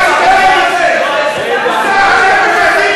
אתה מבזה את הכנסת.